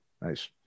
Nice